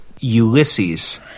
Ulysses